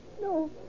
No